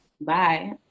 Bye